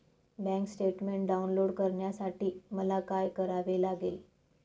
Bank statement download करण्यासाठी मला काय करावे लागेल?